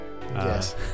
Yes